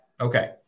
Okay